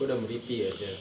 kau dah merepek ah sia